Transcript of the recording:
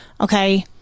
okay